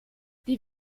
die